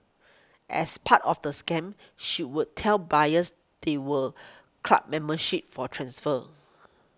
as part of the scam she would tell buyers there were club memberships for transfer